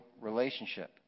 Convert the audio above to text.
relationship